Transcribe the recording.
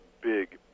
big